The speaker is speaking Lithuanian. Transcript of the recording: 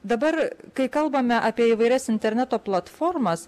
dabar kai kalbame apie įvairias interneto platformas